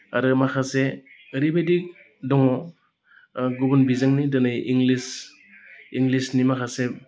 आरो माखासे ओरैबायदि दङ गुबुन बिजोंनि दिनै इंलिस इंलिसनि माखासे